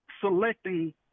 selecting